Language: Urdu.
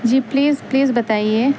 جی پلیز پلیز بتائیے